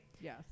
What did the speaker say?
Yes